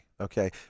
okay